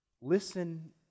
listen